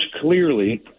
clearly